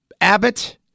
Abbott